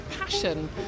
passion